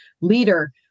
leader